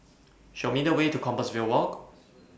Show Me The Way to Compassvale Walk